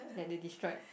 that they destroyed